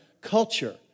culture